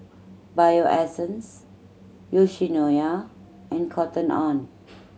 Bio Essence Yoshinoya and Cotton On